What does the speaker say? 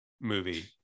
movie